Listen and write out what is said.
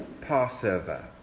Passover